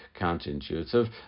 counterintuitive